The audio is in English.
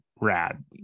rad